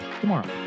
tomorrow